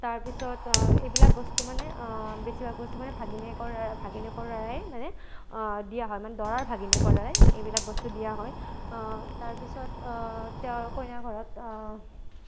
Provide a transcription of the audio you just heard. তাৰপিছত এইবিলাক বস্তু মানে বেছিভাগ বস্তু মানে ভাগিনীয়েকৰ ভাগিনীয়েকৰ দ্বাৰাই মানে দিয়া হয় মানে দৰাৰ ভাগিনীয়েকৰ দ্বাৰাই এইবিলাক বস্তু দিয়া হয় তাৰপিছত তেওঁ কইনা ঘৰত